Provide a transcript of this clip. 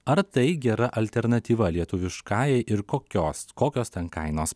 ar tai gera alternatyva lietuviškajai ir kokios kokios ten kainos